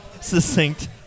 succinct